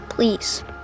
Please